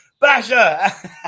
Basher